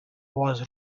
was